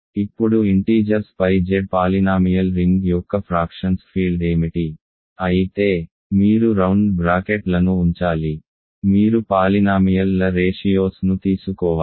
ఇప్పుడు ఇంటీజర్స్ పై Z polynomial ring యొక్క ఫ్రాక్షన్స్ ఫీల్డ్ ఏమిటి అయితే మీరు రౌండ్ బ్రాకెట్లను ఉంచాలి మీరు పాలినామియల్ ల రేషియోస్ ను తీసుకోవాలి